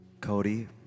cody